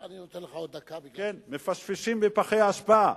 אני נותן לך עוד דקה מפני שהפריעו